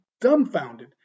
dumbfounded